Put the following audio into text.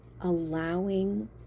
Allowing